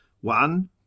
one